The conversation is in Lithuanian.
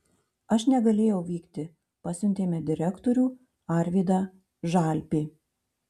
aš negalėjau vykti pasiuntėme direktorių arvydą žalpį